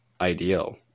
ideal